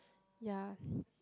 ya